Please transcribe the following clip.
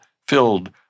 filled